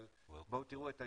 אבל בואו תראו את היעד.